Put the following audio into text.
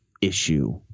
issue